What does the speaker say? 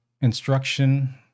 instruction